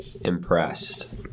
Impressed